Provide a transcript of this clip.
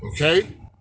okay